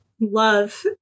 love